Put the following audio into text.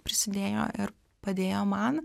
prisidėjo ir padėjo man